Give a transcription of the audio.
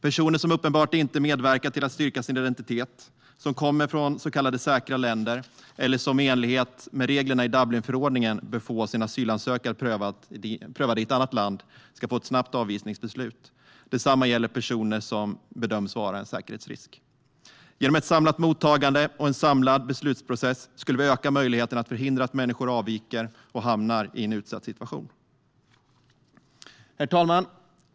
Personer som uppenbart inte medverkar till att styrka sin identitet, som kommer från så kallade säkra länder eller som i enlighet med reglerna i Dublinförordningen bör få sin asylansökan prövad i ett annat land ska få ett snabbt avvisningsbeslut. Detsamma gäller personer som bedöms vara en säkerhetsrisk. Genom ett samlat mottagande och en samlad beslutsprocess skulle vi öka möjligheterna att förhindra att människor avviker och hamnar i en utsatt situation. Herr talman!